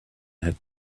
had